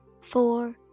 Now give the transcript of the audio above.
four